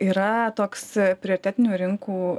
yra toks prioritetinių rinkų